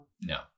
No